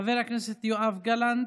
חבר הכנסת יואב גלנט.